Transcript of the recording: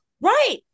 Right